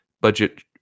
budget